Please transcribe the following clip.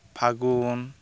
ᱯᱷᱟᱹᱜᱩᱱ